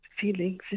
feelings